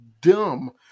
dumb